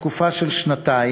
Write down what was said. לתקופה של שנתיים.